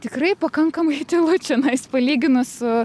tikrai pakankamai tylu čionais palyginus su